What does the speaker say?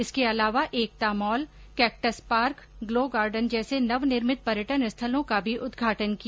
इसके अलावा Ekta mall cactus park glow garden जैसे नवनिर्मित पर्यटन स्थलों का भी उद्घाटन किया